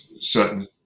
certain